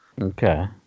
Okay